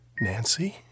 Nancy